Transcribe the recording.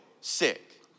sick